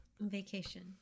Vacation